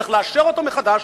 צריך לאשר אותו מחדש,